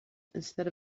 instead